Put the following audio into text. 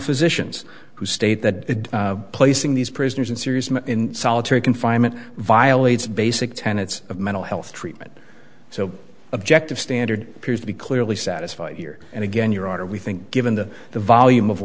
physicians who state that placing these prisoners in series in solitary confinement violates basic tenets of mental health treatment so objective standard appears to be clearly satisfied here and again your honor we think given the the volume of